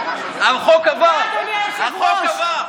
החוק עבר, החוק עבר.